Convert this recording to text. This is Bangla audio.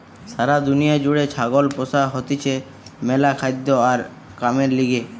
সারা দুনিয়া জুড়ে ছাগল পোষা হতিছে ম্যালা খাদ্য আর কামের লিগে